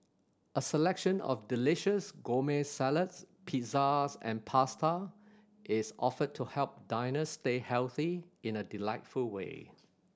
a selection of delicious gourmet salads pizzas and pasta is offered to help diners stay healthy in a delightful way